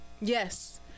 Yes